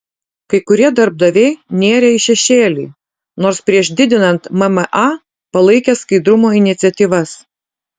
kai kurie darbdaviai nėrė į šešėlį nors prieš didinant mma palaikė skaidrumo iniciatyvas